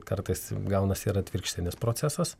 kartais gaunasi ir atvirkštinis procesas